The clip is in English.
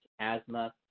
asthma